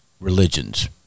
religions